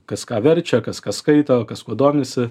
kas ką verčia kas ką skaito kas kuo domisi